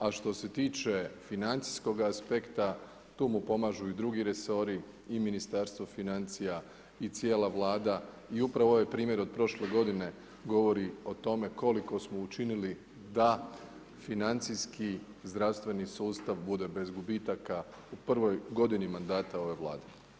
A što se tiče financijskoga aspekta tu mu pomažu i drugi resori i Ministarstvo financija i cijela Vlada i upravo je ovaj primjer od prošle g. govori o tome koliko smo učinili da financijski zdravstveni sustav bude bez gubitaka u prvoj godini mandata ove Vlade.